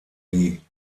die